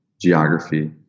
geography